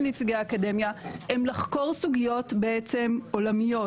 נציגי האקדמיה הוא לחקור סוגיות עולמיות,